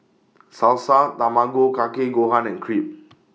Salsa Tamago Kake Gohan and Crepe